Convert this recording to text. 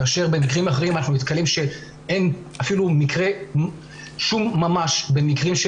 כאשר במקרים אחרים אנחנו נתקלים שאין אפילו שום ממש במקרים של